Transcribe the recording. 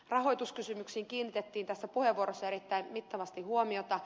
rahoituskysymyksiin kiinnitettiin puheenvuoroissa erittäin mittavasti huomiota